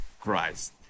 Christ